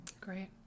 Great